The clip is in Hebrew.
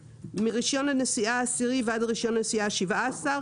מרישיון הנסיעה הראשון עד רישיון הנסיעה התשיעי